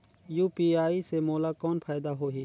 UPI से मोला कौन फायदा होही?